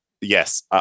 yes